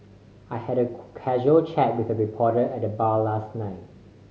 I had a casual chat with a reporter at the bar last night